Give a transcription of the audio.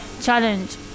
challenge